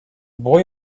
boy